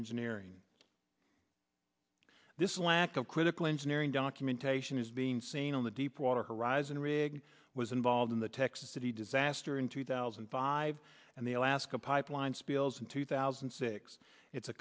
engineering this lack of critical engineering documentation is being seen on the deepwater horizon rig was involved in the texas city disaster in two thousand and five and the alaska pipeline spills in two thousand and six it's a